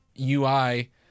ui